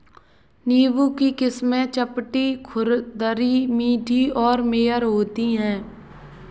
नींबू की किस्में चपटी, खुरदरी, मीठी और मेयर होती हैं